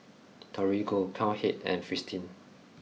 Torigo Cowhead and Fristine